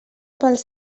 pals